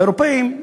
האירופים,